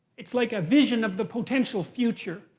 it's like a vision of the potential future.